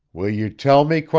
will you tell me,